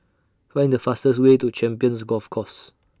Find The fastest Way to Champions Golf Course